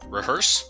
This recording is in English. Rehearse